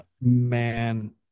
man